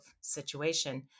situation